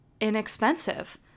inexpensive